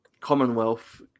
Commonwealth